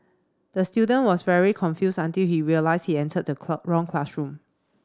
the student was very confused until he realised he entered the wrong classroom